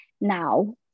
now